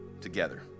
together